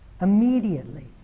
Immediately